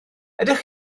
ydych